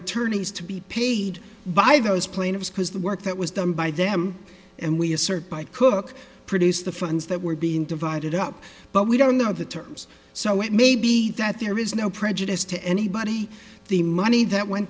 attorneys to be paid by those plaintiffs because the work that was done by them and we assert by cook produce the funds that were being divided up but we don't know the terms so it may be that there is no prejudice to anybody the money that went